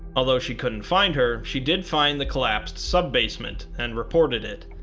although she couldn't find her, she did find the colapsed sub-basment and reported it.